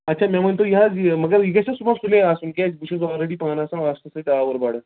اَچھا مےٚ ؤنۍتو یہِ حظ یہِ مگر یہِ گژھِ نا صُبحن سُلے آسُن کیٛازِ بہٕ چھُس آلرَیٚڈِی پانہٕ آسان آفیسَس سۭتۍ آوُر بَڈٕ